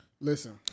Listen